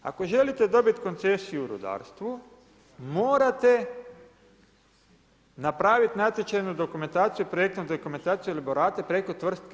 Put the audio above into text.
Ako želite dobiti koncesiju u rudarstvu morate napraviti natječajnu dokumentaciju, projektnu dokumentaciju ili elaborate preko tvrtke